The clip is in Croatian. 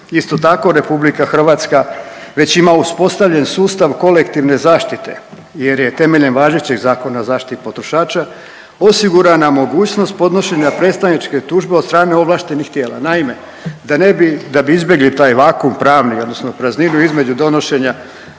Isto tako, RH već ima uspostavljen sustav kolektivne zaštite jer je temeljem važećeg Zakona o zaštiti potrošača osigurana mogućnost podnošenja predstavničke tužbe od strane ovlaštenih tijela. Naime, da ne bi, da bi izbjegli taj vakuum pravni odnosno prazninu između donošenja